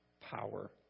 power